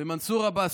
ומנסור עבאס,